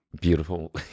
Beautiful